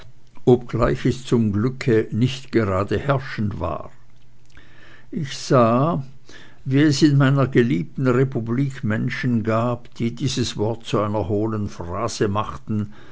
obgleich es zum glücke nicht gerade herrschend war ich sah wie es in meiner geliebten republik menschen gab die dieses wort zu einer hohlen phrase machten